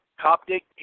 Coptic